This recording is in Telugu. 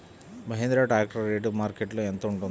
మహేంద్ర ట్రాక్టర్ రేటు మార్కెట్లో యెంత ఉంటుంది?